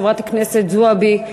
חברת הכנסת זועבי,